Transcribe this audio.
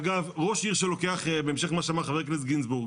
אגב, בהמשך למה שאמר חבר הכנסת גינזבורג,